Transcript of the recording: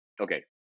Okay